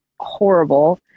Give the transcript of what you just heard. horrible